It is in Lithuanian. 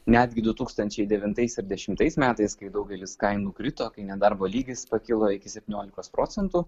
netgi du tūkstančiai devintais ir dešimtais metais kai daugelis kainų krito kai nedarbo lygis pakilo iki septyniolikos procentų